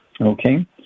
okay